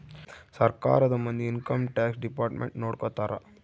ಸರ್ಕಾರದ ಮಂದಿ income tax department ನೊಡ್ಕೋತರ